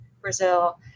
Brazil